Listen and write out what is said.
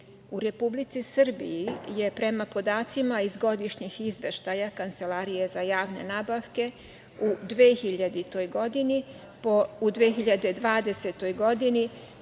U Republici Srbiji je prema podacima iz godišnjih izveštaja Kancelarije za javne nabavke u 2020. godini